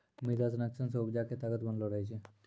मृदा संरक्षण से उपजा के ताकत बनलो रहै छै